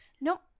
No